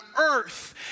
earth